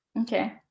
Okay